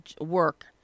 work